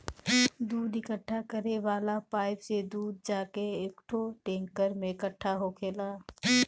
दूध इकट्ठा करे वाला पाइप से दूध जाके एकठो टैंकर में इकट्ठा होखेला